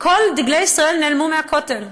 כל דגלי ישראל נעלמו מהכותל.